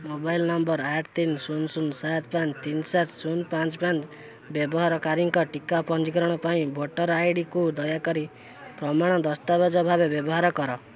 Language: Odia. ମୋବାଇଲ୍ ନମ୍ବର୍ ଆଠ ତିନ ଶୂନ ଶୂନ ସାତ ପାଞ୍ଚ ତିନ ସାତ ଶୂନ ପାଞ୍ଚ ପାଞ୍ଚ ବ୍ୟବହାରକାରୀଙ୍କ ଟିକା ପଞ୍ଜୀକରଣ ପାଇଁ ଭୋଟର ଆଇଡ଼ିକୁ ଦୟାକରି ପ୍ରମାଣ ଦସ୍ତାବେଜ ଭାବେ ବ୍ୟବହାର କର